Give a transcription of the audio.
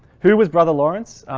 who was brother lawrence?